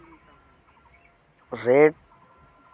rate